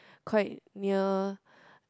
quite near